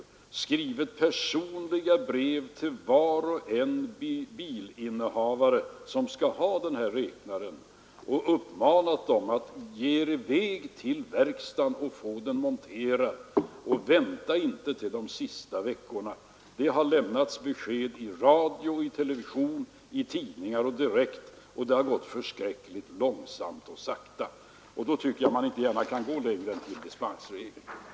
Man har skrivit personliga brev till alla bilinnehavare som skall ha kilometerräknare och uppmanat dem att bege sig till verkstaden för att få räknaren monterad och att inte vänta till de sista veckorna. Det har lämnats besked om detta i radio, i television, i tidningar och direkt, men det har ändå gått mycket långsamt fram. Jag tycker därför att man inte gärna kan sträcka sig längre än till att tillämpa dispensregeln i speciella fall.